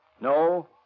No